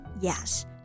Yes